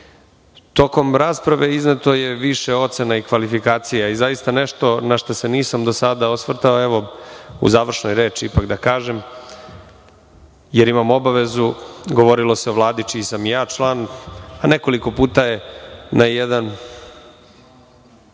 rasprave izneto je više ocena i kvalifikacija i zaista nešto na šta se nisam do sada osvrtao. Ipak da kažem u završnoj reči, jer imam obavezu. Govorilo se o Vladi čiji sam član, a nekoliko puta je na jedan